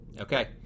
Okay